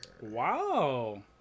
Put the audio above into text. Wow